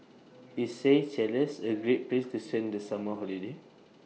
IS Seychelles A Great Place to send The Summer Holiday